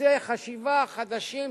דפוסי חשיבה חדשים,